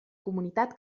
comunitat